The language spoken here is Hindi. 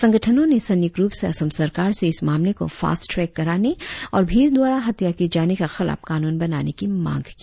संगठनो ने संयुक्त रुप से असम सरकार से इस मामले को फास्ट ट्रैक कराने और भीड़ द्वारा हत्या किए जाने के खिलाफ कानून बनाने की मांग की